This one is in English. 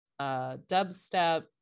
Dubstep